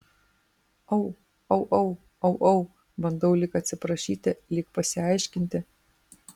au au au au au bandau lyg atsiprašyti lyg pasiaiškinti